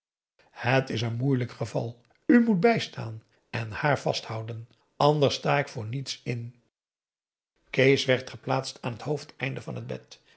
het is een moeilijk geval u moet bijstaan en haar vasthouden anders sta ik voor niets in kees werd geplaatst aan het hoofdeinde van het bed